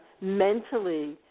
mentally